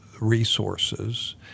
resources